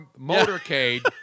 motorcade